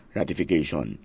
ratification